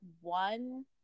one